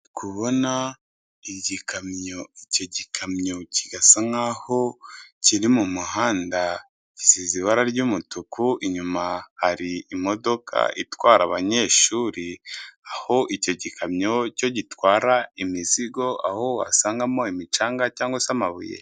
Ndukubona igikamyo, icyo gikamyo kigasa nkaho kiri mu muhanda, gisize ibara ry'umutuku, inyuma hari imodoka itwara abanyeshuri, aho icyo gikamyo cyo gitwara imizigo, aho wasangamo imicanga cyangwa se amabuye.